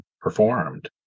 performed